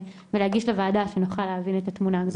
ולהגיש לוועדה שנוכל להבין את התמונה הגדולה.